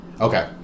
Okay